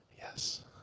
Yes